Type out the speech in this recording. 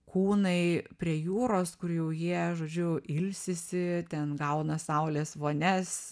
kūnai prie jūros kur jau jie žodžiu ilsisi ten gauna saulės vonias